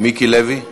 מיקי לוי,